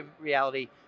reality